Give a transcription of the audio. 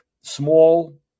small